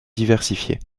diversifiées